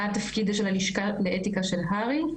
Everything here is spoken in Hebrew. מה התפקיד של הלשכה לאתיקה של הר"י?